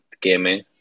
gaming